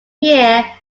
year